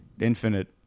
infinite